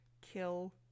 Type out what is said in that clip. kill